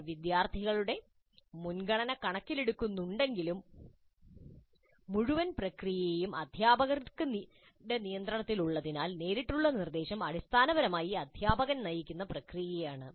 അവർ വിദ്യാർത്ഥികളുടെ മുൻഗണന കണക്കിലെടുക്കുന്നുണ്ടെങ്കിലും മുഴുവൻ പ്രക്രിയയുടെയും നിയന്ത്രണം അധ്യാപകർക്ക് ഉള്ളതിനാൽ നേരിട്ടുള്ള നിർദ്ദേശം അടിസ്ഥാനപരമായി അധ്യാപകൻ നയിക്കുന്ന പ്രക്രിയയാണ്